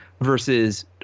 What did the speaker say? versus